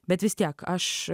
bet vis tiek aš